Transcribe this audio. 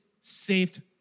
saved